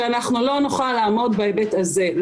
שאנחנו לא נוכל לעמוד בהיבט הזה.